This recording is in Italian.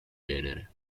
venere